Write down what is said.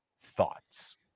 thoughts